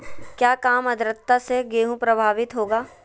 क्या काम आद्रता से गेहु प्रभाभीत होगा?